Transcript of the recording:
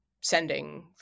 sending